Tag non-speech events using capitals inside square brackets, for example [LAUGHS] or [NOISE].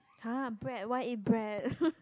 !huh! bread why eat bread [LAUGHS]